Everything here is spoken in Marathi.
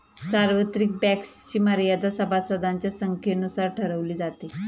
सार्वत्रिक बँक्सची मर्यादा सभासदांच्या संख्येनुसार ठरवली जाते